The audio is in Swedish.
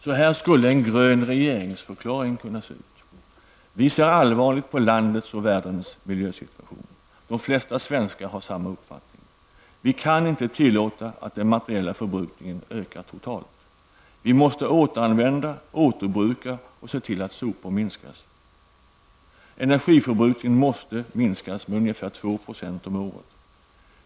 Så här skulle en grön regeringsförklaring kunna se ut: Vi ser allvarligt på landets och världens miljösituation. De flesta svenskar har samma uppfattning. Vi kan inte tillåta att den materiella förbrukningen ökar totalt. Vi måste återanvända, återbruka och se till att soporna minskar. Energiförbrukningen måste minska med ungefär 2 % om året.